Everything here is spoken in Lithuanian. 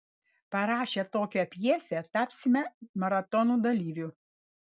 parašę tokią pjesę tapsime maratono dalyviu